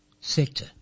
sector